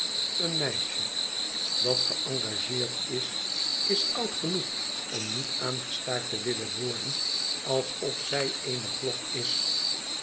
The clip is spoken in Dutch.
een meisje dat geëngageerd is is oud genoeg om niet aangestaard te willen worden alsof zij cene klok is